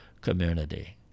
community